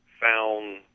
found